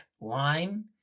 line